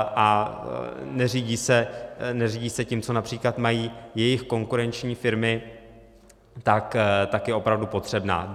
a neřídí se tím, co například mají jejich konkurenční firmy, tak je opravdu potřebná.